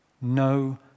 no